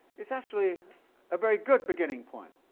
it's actually a very good beginning point.